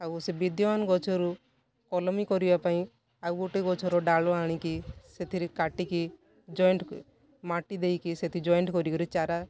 ଆଉ ସେ ବିଦ୍ୟମାନ ଗଛରୁ କଲମି କରିବାପାଇଁ ଆଉ ଗୋଟେ ଗଛର ଡ଼ାଳ ଆଣିକି ସେଥିରେ କାଟିକି ଜଏଣ୍ଟ୍ ମାଟି ଦେଇକି ସେଠି ଜଏଣ୍ଟ୍ କରି କରି ଚାରା